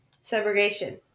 segregation